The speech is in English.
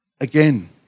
Again